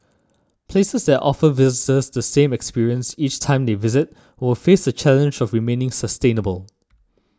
places that offer visitors the same experience each time they visit will face the challenge of remaining sustainable